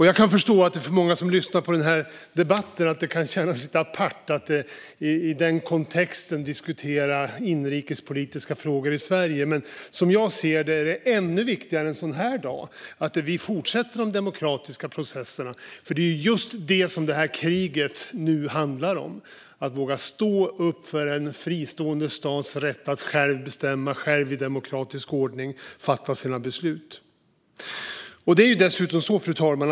Jag kan förstå att det för många som lyssnar på debatten kan kännas apart att i den kontexten diskutera inrikespolitiska frågor i Sverige, men som jag ser det är det ännu viktigare en sådan här dag att vi fortsätter de demokratiska processerna. Det är just det som kriget handlar om, det vill säga att våga stå upp för en fristående stats rätt att själv bestämma och i demokratisk ordning fatta sina beslut. Fru talman!